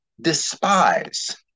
despise